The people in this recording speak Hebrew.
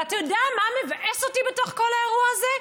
ואתה יודע מה מבאס אותי בתוך כל האירוע הזה?